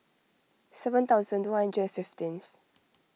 seven thousand two hundred and fifteenth